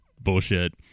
bullshit